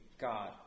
God